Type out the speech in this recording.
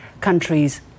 countries